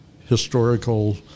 historical